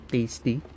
Tasty